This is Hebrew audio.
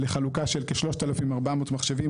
לחלוקת 3,400 מחשבים,